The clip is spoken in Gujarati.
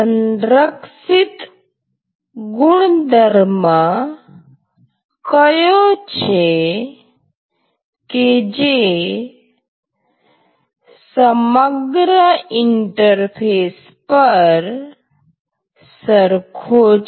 સંરક્ષિત ગુણધર્મ કયો છે કે જે સમગ્ર ઇન્ટરફેસ પર સરખો છે